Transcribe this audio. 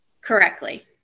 correctly